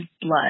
blood